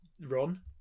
run